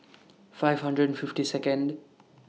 five hundred and fifty Second